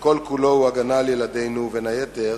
שכל-כולו הגנה על ילדינו, ובין היתר